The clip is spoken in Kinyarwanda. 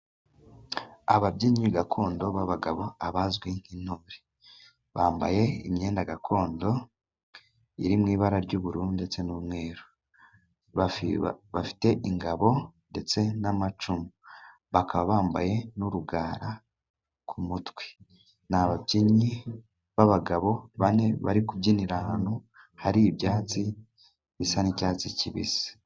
Ababyinnyi gakondo b'abagabo, abazwi nk'intore bambaye imyenda gakondo iri mw'ibara ry'ubururu ndetse n'umweru, bafite ingabo ndetse n'amacumu bakaba bambaye n'urugara ku mutwe n'ababyinnyi b'abagabo bane, bari kubyinira ahantu hari ibyatsi bisa n'icyatsi kibisi.